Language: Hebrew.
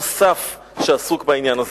הייתי שמח אם היית מקשיב לפן נוסף בעניין הזה.